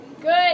Good